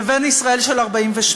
לבין ישראל של 1948: